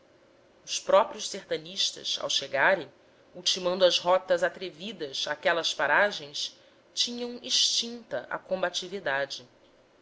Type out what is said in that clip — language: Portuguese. os próprios sertanistas ao chegarem ultimando as rotas atrevidas àquelas paragens tinham extinta a combatividade